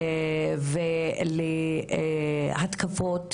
לאלימות, ולהתקפות